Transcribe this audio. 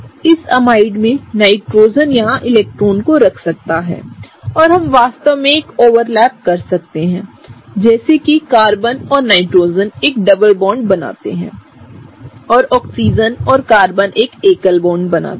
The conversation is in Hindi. इस एमाइड में नाइट्रोजन यहाँ इलेक्ट्रॉनों को रख सकता है और हम वास्तव में एक ओवरलैप कर सकते हैं जैसे कि कार्बन और नाइट्रोजन एक डबल बॉन्ड बनाते हैं और ऑक्सीजन और कार्बन एक एकल बॉन्ड बनाते हैं